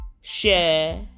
share